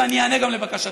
ואני איענה גם לבקשתך.